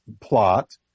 plot